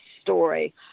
story